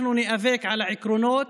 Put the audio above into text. אנחנו ניאבק על העקרונות,